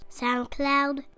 SoundCloud